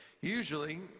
usually